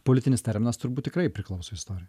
politinis terminas turbūt tikrai priklauso istorijai